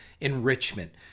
enrichment